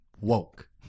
woke